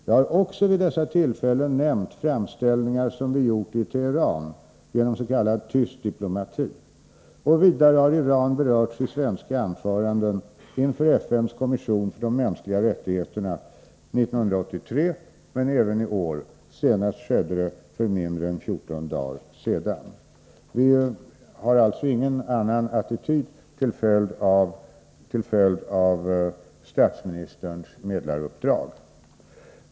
Jag har också vid dessa tillfällen nämnt framställningar som vi gjort i Teheran genom s.k. tyst diplomati. Vidare har Iran berörts i svenska anföranden inför FN:s kommission för de mänskliga rättigheterna 1983 men även i år — senast skedde det för mindre än 14 dagar sedan. Vi har alltså ingen passiv attityd därför att statsministern har sitt medlaruppdrag.